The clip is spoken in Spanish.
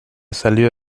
salido